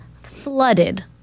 flooded